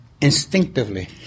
Instinctively